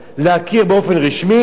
להכיר באופן רשמי,